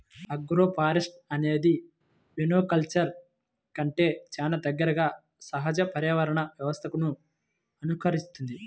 agroforestry అనేది మోనోకల్చర్ల కంటే చాలా దగ్గరగా సహజ పర్యావరణ వ్యవస్థలను అనుకరిస్తుంది